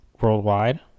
worldwide